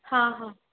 हां हां